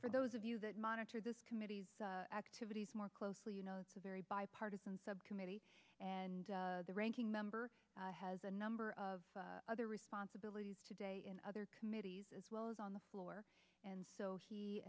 for those of you that monitor this committee's activities more closely you know it's a very bipartisan subcommittee and the ranking member has a number of other responsibilities today in other committees as well as on the floor and so he